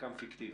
חלקם פיקטיביים,